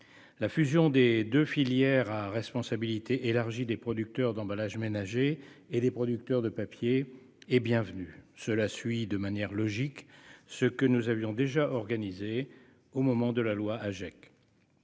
La fusion des deux filières à responsabilité élargie des producteurs d'emballages ménagers et des producteurs de papier est la bienvenue. Cela suit, de manière logique, ce que nous avions déjà organisé au moment de la loi Agec.